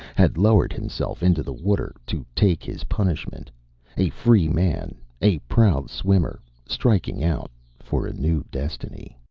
had lowered himself into the water to take his punishment a free man, a proud swimmer striking out for a new destiny.